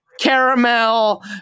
caramel